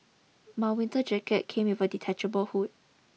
my winter jacket came with a detachable hood